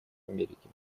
америки